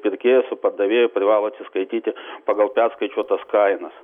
pirkėjas su pardavėju privalo atsiskaityti pagal perskaičiuotas kainas